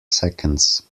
seconds